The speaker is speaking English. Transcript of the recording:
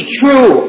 true